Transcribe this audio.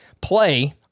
play